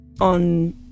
on